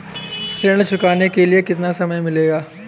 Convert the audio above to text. ऋण चुकाने के लिए कितना समय मिलेगा?